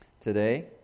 today